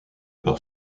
par